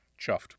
chuffed